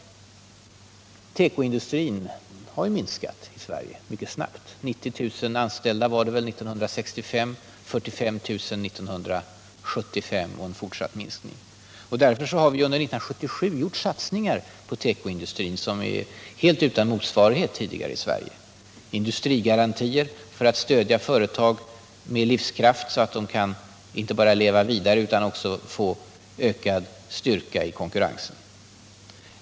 Tekoindustrin i Sverige har minskat mycket snabbt. År 1965 hade tekoindustrin 90 000 anställda. År 1975 var antalet anställda 45 000, och minskningen fortsätter. Därför har vi under 1977 gjort satsningar på tekoindustrin som är helt utan tidigare motsvarighet. Vi lämnar industrigarantier för att stödja företag med livskraft så att de kan få ökad styrka i konkurrensen.